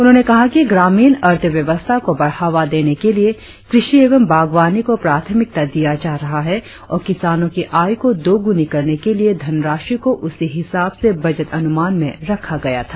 उन्होंने कहा कि ग्रामीण अर्थव्यवस्था को बढ़ावा देने के लिए कृषि एवं बागवानी को प्राथमिकता दिया जा रहा है और किसानों की आय को दोग्रनी करने के लिए धनराशि को उसी हिसाब से बजट अनुमान में रखा गया था